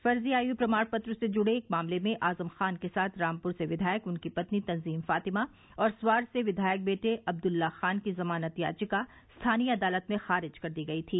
फर्जी आयू प्रमाण पत्र से जुड़े एक मामले में आजम खां के साथ रामपुर से विद्यायक उनकी पत्नी तंजीन फातिमा और स्वार से विघायक बेटे अब्दला खां की जमानत याचिका स्थानीय अदालत में खारिज कर दी गई थी